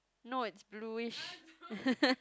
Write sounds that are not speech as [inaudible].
no it's blueish [laughs]